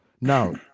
now